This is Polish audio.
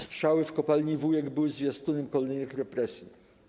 Strzały w Kopalni 'Wujek' były zwiastunem kolejnych represji.